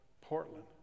Portland